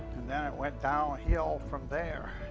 and then went downhill from there.